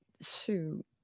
Shoot